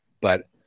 but-